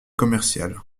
commerciales